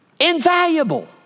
Invaluable